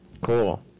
Cool